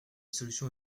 solution